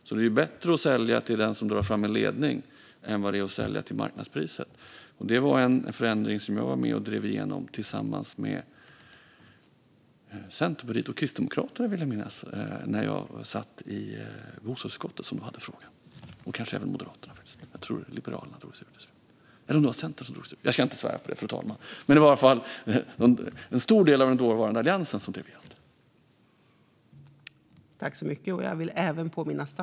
Det är alltså bättre att sälja till den som drar fram en ledning än att sälja till marknadspriset. Det var en förändring som jag var med och drev igenom tillsammans med Centerpartiet och Kristdemokraterna, vill jag minnas, när jag satt i bostadsutskottet som då hade frågan. Även Moderaterna kanske var med. Jag tror att Liberalerna drog sig ur till slut. Eller det kanske var Centern som drog sig ur - jag ska inte svära på det, fru talman. Men det var i alla fall en stor del av den dåvarande Alliansen som drev igenom det.